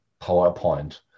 PowerPoint